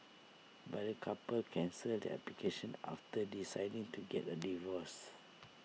but the couple cancelled their application after deciding to get A divorce